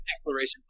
Declaration